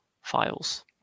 files